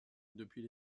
depuis